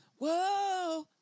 whoa